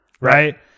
Right